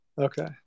Okay